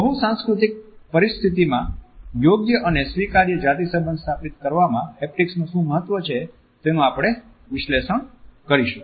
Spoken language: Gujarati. બહુસાંસ્કૃતિક પરિસ્ચિતિમાં યોગ્ય અને સ્વીકાર્ય જાતિ સંબંધ સ્થાપિત કરવામાં હેપ્ટિકનું શું મહત્વ છે તેનું આપણે વિશ્લેષણ કરીશું